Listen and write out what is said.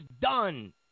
done